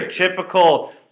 typical